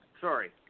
Sorry